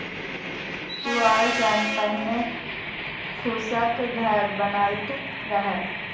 पुआर सं पहिने फूसक घर बनैत रहै